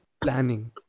planning